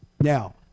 Now